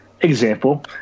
Example